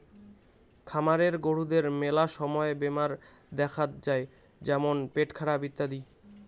খামারের গরুদের মেলা সময় বেমার দেখাত যাই যেমন পেটখারাপ ইত্যাদি